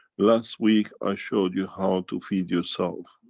last week i showed you how to feed yourself